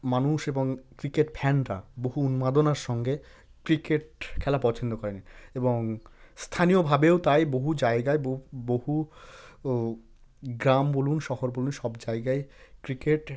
মানুষ এবং ক্রিকেট ফ্যানরা বহু উন্মাদনার সঙ্গে ক্রিকেট খেলা পছন্দ করেন এবং স্থানীয়ভাবেও তাই বহু জায়গায় বহু গ্রাম বলুন শহর বলুন সব জায়গায় ক্রিকেট